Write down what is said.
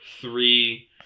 three